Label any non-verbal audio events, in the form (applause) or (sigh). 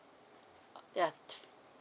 uh yeah (noise)